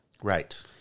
right